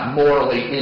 morally